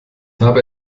habe